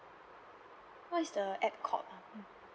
what is the app called ah